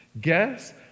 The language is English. Guess